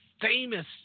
famous